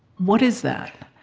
what is that?